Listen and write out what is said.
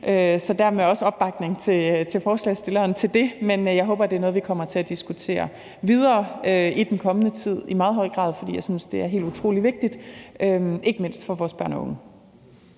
så dermed også opbakning til ordføreren for forespørgerne til det. Men jeg håber, det er noget, vi kommer til at diskutere videre i den kommende tid i meget høj grad, fordi jeg synes, det er helt utrolig vigtigt, ikke mindst for vores børn og unge.